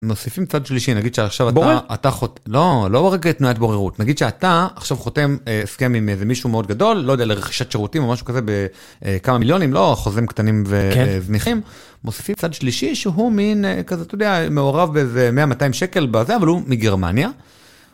מוסיפים צד שלישי, נגיד שעכשיו אתה חותם, לא, לא רק תנועת בוררות, נגיד שאתה עכשיו חותם הסכם עם איזה מישהו מאוד גדול, לא יודע, לרכישת שירותים או משהו כזה בכמה מיליונים, לא חוזים קטנים וזניחים, מוספים צד שלישי שהוא מין, כזה, אתה יודע, מעורב באיזה 100-200 שקל בזה, אבל הוא מגרמניה.